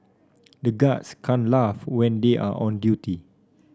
the guards can't laugh when they are on duty